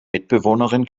mitbewohnerin